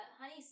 Honey